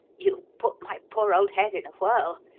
you put my poor old head in a whirl.